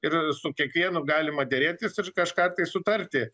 ir su kiekvienu galima derėtis ir kažką tai sutarti